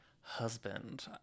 husband